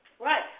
Right